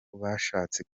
bashatse